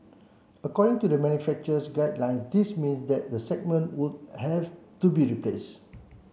according to the manufacturer's guidelines this mean that the segment would have to be replace